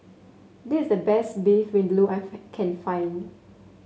this is the best Beef Vindaloo I've can find